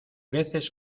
veces